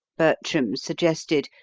bertram suggested,